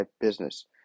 business